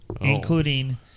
Including